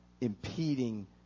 impeding